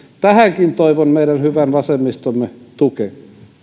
tähänkin toivon meidän hyvän vasemmistomme tukea